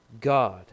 God